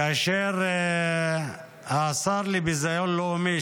כאשר השר לביזיון לאומי,